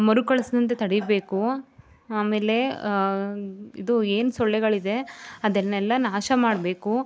ಮರುಕಳಿಸದಂತೆ ತಡೀಬೇಕು ಆಮೇಲೆ ಇದು ಏನು ಸೊಳ್ಳೆಗಳಿದೆ ಅದನ್ನೆಲ್ಲ ನಾಶ ಮಾಡಬೇಕು